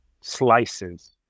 slices